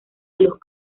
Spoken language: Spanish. los